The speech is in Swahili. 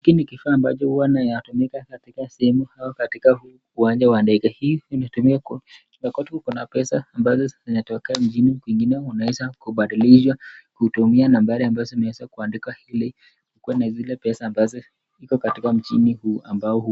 Hii ni kifaa ambacho huwa inatumika katika sehemu ama katika uwanja wa ndege, hii inatumika wakati kuna pesa ambazo zinatokea nchini kwingine unaweza kubadilisha kutumia nambari ambazo zimeweza kuandikwa ili ukuwe na zile pesa ambazo iko katika mjini huu ambao.